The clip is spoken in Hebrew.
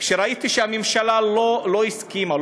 כשראיתי שהממשלה לא הסכימה,